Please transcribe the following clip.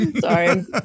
Sorry